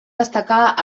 destacar